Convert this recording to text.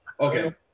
Okay